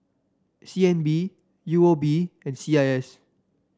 C N B U O B and C I S